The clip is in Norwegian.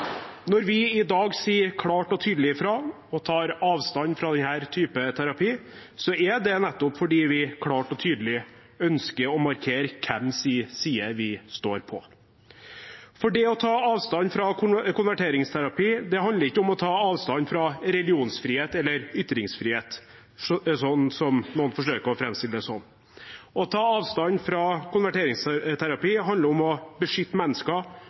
Når vi i dag sier klart og tydelig ifra og tar avstand fra denne typen terapi, er det nettopp fordi vi klart og tydelig ønsker å markere hvem sin side vi står på. For å ta avstand fra konverteringsterapi handler ikke om å ta avstand fra religionsfrihet og ytringsfrihet, slik noen forsøker å framstille det som. Å ta avstand fra konverteringsterapi handler om å beskytte mennesker,